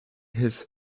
his